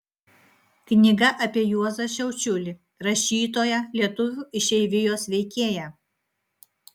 knyga apie juozą šiaučiulį rašytoją lietuvių išeivijos veikėją